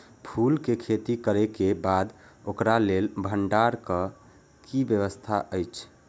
फूल के खेती करे के बाद ओकरा लेल भण्डार क कि व्यवस्था अछि?